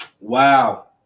Wow